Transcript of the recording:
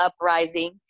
uprising